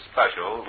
Special